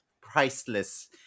priceless